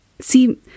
See